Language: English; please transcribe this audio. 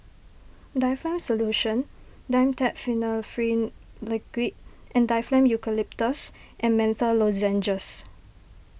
Difflam Solution Dimetapp Phenylephrine Liquid and Difflam Eucalyptus and Menthol Lozenges